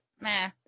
meh